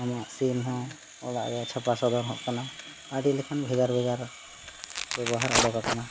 ᱟᱢᱟᱜ ᱥᱤᱱ ᱦᱚᱸ ᱚᱲᱟᱜ ᱨᱮᱭᱟᱜ ᱪᱷᱟᱯᱟ ᱥᱚᱫᱚᱨᱚᱜ ᱠᱟᱱᱟ ᱟᱹᱰᱤᱞᱮᱠᱟᱱ ᱵᱷᱮᱜᱟᱨ ᱵᱷᱮᱜᱟᱨ ᱵᱮᱵᱚᱦᱟᱨ ᱚᱰᱚᱠᱟᱠᱟᱱᱟ